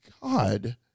God